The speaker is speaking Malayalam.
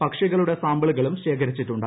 പക്ഷികളുടെ സാംപിളുകളും ശേഖരിച്ചിട്ടുണ്ട്